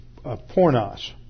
pornos